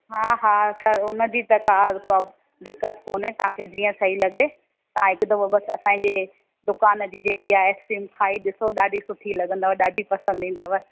हा हा छा हुनजी त कार प्रॉब दिक़त कोन्हे तव्हांखे जीअं सही लॻे तव्हां हिकु दफ़ो बसि असांजे दुकान जी जेकि आहे आइसक्रीम खाई ॾिसो ॾाढी सुठी लॻंदव ॾाढी पसंदि ईंदव